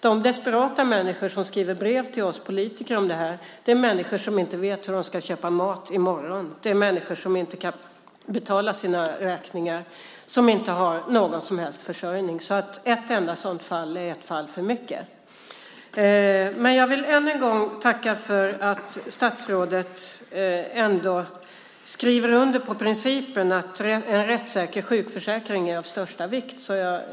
De desperata människor som skriver brev till oss politiker är människor som inte vet hur de ska kunna köpa mat i morgon. Det är människor som inte kan betala sina räkningar, som inte har någon som helst försörjning. Ett enda sådant fall är ett fall för mycket. Jag vill än en gång tacka för att statsrådet ändå skriver under på principen att en rättssäker sjukförsäkring är av största vikt.